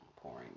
pouring